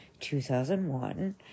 2001